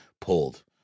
pulled